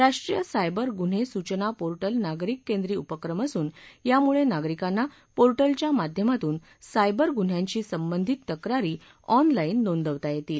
राष्ट्रीय सायबर गुन्हे सूचना पोर्टल नागरिक केंद्री उपक्रम असून यामुळे नागरिकांना पोर्टलच्या माध्यमातून सायबर गुन्ह्यांशी संबंधित तक्रीर ऑनलाईन नोंदवता येतील